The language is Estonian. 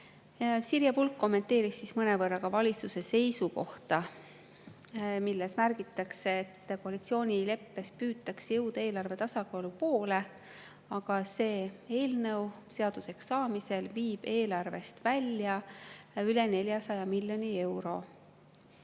Sirje Pulk kommenteeris mõnevõrra ka valitsuse seisukohta, milles märgitakse, et koalitsioonileppes püütakse jõuda eelarve tasakaalu poole, aga selle eelnõu seaduseks saamisel viidaks eelarvest välja üle 400 miljoni euro.